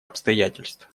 обстоятельств